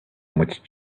much